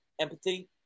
empathy